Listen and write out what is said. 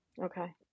Okay